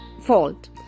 fault